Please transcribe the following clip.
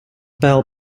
bell